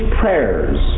prayers